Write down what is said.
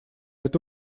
это